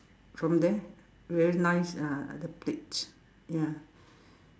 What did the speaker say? from there very nice ah the plates ya